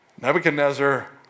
Nebuchadnezzar